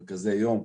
מרכזי יום,